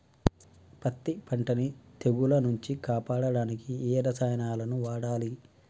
పత్తి పంటని తెగుల నుంచి కాపాడడానికి ఏ రసాయనాలను వాడాలి?